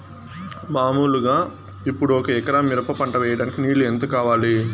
మామూలుగా ఇప్పుడు ఒక ఎకరా మిరప పంట వేయడానికి నీళ్లు ఎంత కావాలి?